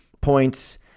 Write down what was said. points